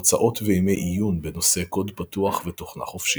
הרצאות וימי עיון בנושא קוד פתוח ותוכנה חופשית.